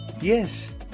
Yes